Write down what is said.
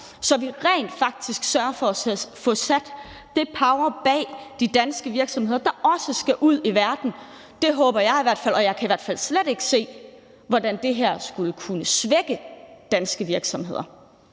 så vi rent faktisk sørger for at få sat den power bag de danske virksomheder, der også skal ud i verden. Det håber jeg i hvert fald. Og jeg kan i hvert fald slet ikke at se, hvordan det her skulle kunne svække danske virksomheder.